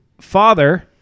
father